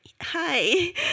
Hi